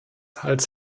als